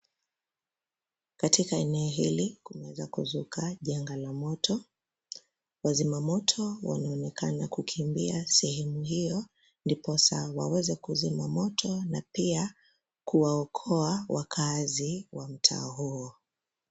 Katika eneo hili kumeweza kuzuka janga la moto. Wazimamoto wanaonekana kukimbia sehemu hiyo ndiposa waweze kuzima moto na pia kuwaokoa wakaazi wa mtaa huo.